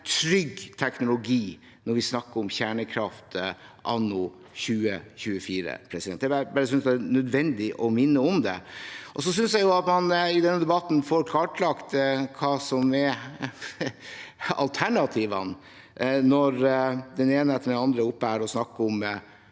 trygg teknologi når vi snakker om kjernekraft anno 2024. Jeg synes bare det er nødvendig å minne om det. Jeg synes man i denne debatten får kartlagt hva som er alternativene, når den ene etter den andre er oppe på talerstolen og snakker om